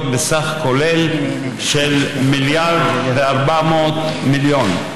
בסכום כולל של מיליארד ו-400 מיליון שקל,